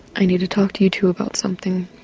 i need to talk to you two about something.